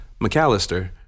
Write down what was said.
McAllister